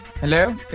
Hello